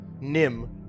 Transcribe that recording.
Nim